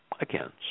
Again